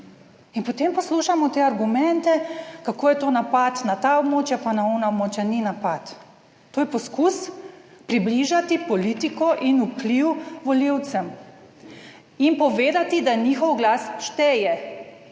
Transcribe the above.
potem poslušamo te argumente, kako je to napad na ta območja, pa na ona območja. Ni napad, to je poskus približati politiko in vpliv volivcem in povedati, da njihov glas šteje